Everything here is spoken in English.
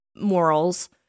morals